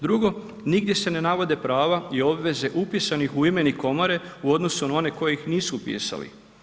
Drugo, nigdje se ne navode prava i obveze upisanih u imenik komore u odnosu na one koji ih nisu upisali.